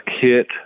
kit